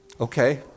Okay